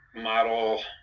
model